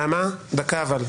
נעמה, בבקשה, דקה.